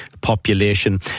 population